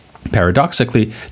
Paradoxically